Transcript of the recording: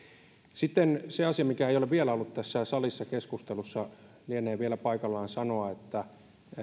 sitten se asia mikä ei ole vielä ollut tässä salissa keskustelussa lienee vielä paikallaan sanoa